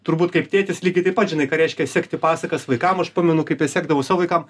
turbūt kaip tėtis lygiai taip pat žinai ką reiškia sekti pasakas vaikam aš pamenu kaip jas sekdavau savo vaikam